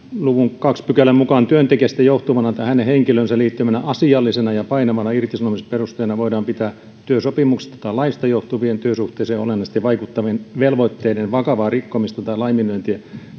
luvun toisen pykälän mukaan työntekijästä johtuvana tai hänen henkilöönsä liittyvänä asiallisena ja painavana irtisanomisperusteena voidaan pitää työsopimuksesta tai laista johtuvien työsuhteeseen olennaisesti vaikuttavien velvoitteiden vakavaa rikkomista tai laiminlyöntiä